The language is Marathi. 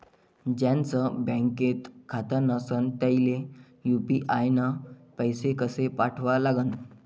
ज्याचं बँकेत खातं नसणं त्याईले यू.पी.आय न पैसे कसे पाठवा लागन?